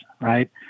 right